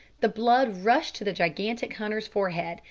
the blood rushed to the gigantic hunter's forehead,